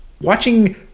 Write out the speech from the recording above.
watching